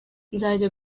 nzajya